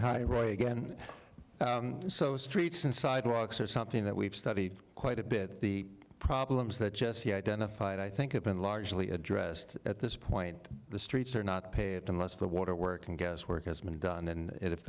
hi roy again so streets and sidewalks are something that we've studied quite a bit the problems that jesse identified i think have been largely addressed at this point the streets are not paved unless the water work and guess work has been done and